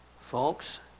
Folks